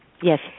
yes